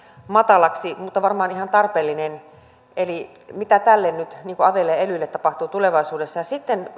matalaksi mutta varmaan se on ihan tarpeellinen mitä näille nyt aveille ja elyille tapahtuu tulevaisuudessa ja sitten